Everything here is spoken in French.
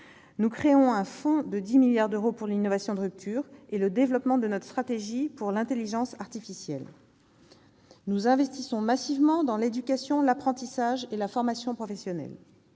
Nous créons un fonds de 10 milliards d'euros pour l'innovation de rupture et le développement de notre stratégie pour l'intelligence artificielle. Nous investissons massivement dans l'éducation, l'apprentissage et la formation professionnelle.